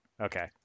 Okay